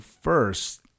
first